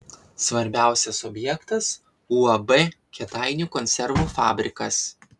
svarbiausias objektas uab kėdainių konservų fabrikas